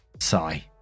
Sigh